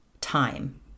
time